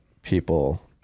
people